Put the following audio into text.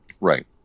Right